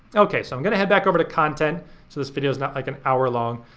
okay, so i'm gonna head back over to content so this video's not like an hour long.